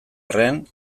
arren